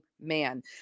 man